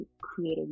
create